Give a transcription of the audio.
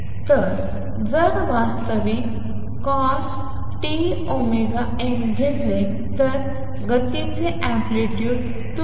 तर जर वास्तविक cosτωn घेतले तर गतीचे अँप्लितुड 2C